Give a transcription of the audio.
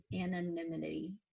anonymity